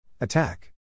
Attack